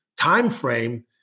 timeframe